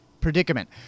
predicament